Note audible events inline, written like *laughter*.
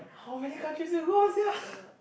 how many countries did you go sia *breath*